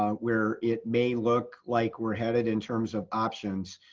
um where it may look like we're headed in terms of options.